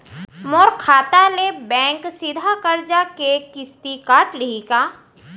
मोर खाता ले बैंक सीधा करजा के किस्ती काट लिही का?